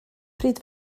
pryd